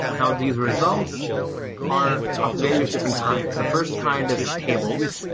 now, these results are of various different kinds. the first kind is tables,